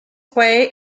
quay